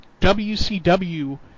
WCW